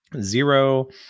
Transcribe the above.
zero